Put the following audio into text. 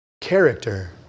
Character